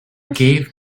gave